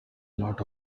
lot